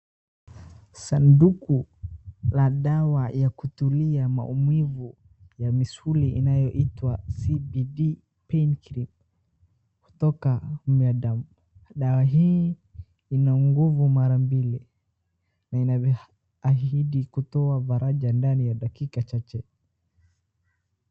Sanduku la dawa ya kutumia maumivu ya misuli inayoitwa CBD Pain Cream kutoka Myaderm. Dawa hii ina nguvu mara mbili na inaahidi kuitoa faraja ndani ya dakika chache.